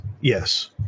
Yes